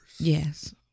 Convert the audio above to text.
Yes